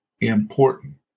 important